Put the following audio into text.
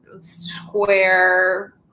square